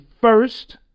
first